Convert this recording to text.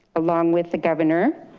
along with the governor.